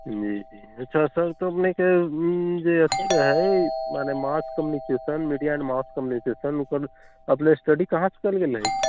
जी जी अच्छा सर तऽ हमनीके जे अथी रहै मने mass communication media and mass communication ओकर अपने स्टडी कहाँसँ करले रही